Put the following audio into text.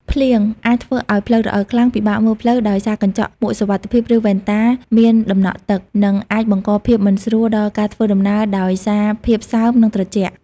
ភ្លៀងអាចធ្វើឱ្យផ្លូវរអិលខ្លាំង ពិបាកមើលផ្លូវដោយសារកញ្ចក់មួកសុវត្ថិភាព ឬវ៉ែនតាមានដំណក់ទឹក និងអាចបង្កភាពមិនស្រួលដល់ការធ្វើដំណើរដោយសារភាពសើម និងត្រជាក់។